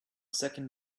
second